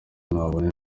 nabona